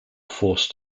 forced